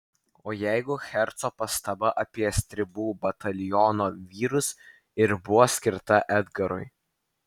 o jeigu herco pastaba apie stribų bataliono vyrus ir buvo skirta edgarui